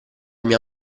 mia